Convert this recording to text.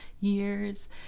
years